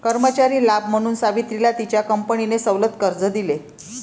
कर्मचारी लाभ म्हणून सावित्रीला तिच्या कंपनीने सवलत कर्ज दिले